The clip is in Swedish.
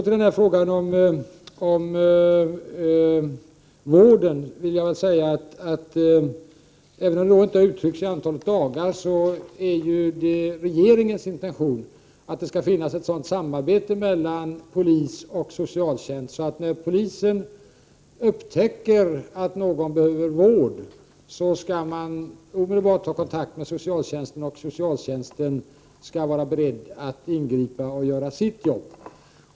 I frågan om ”ården vill jag säga att även om det inte har uttryckts ett önskemål i form av ett visst antal dagar är det regeringens intention att det skall finnas ett sådant samarbete mellan polis och socialtjänst att när polisen upptäcker att någon behöver vård, skall den omedelbart ta kontakt med socialtjänsten, och då skall socialtjänsten vara beredd att gripa in och göra sin insats.